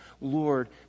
Lord